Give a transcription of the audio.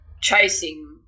chasing